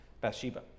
Bathsheba